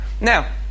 Now